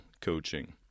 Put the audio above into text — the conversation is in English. coaching